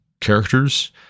characters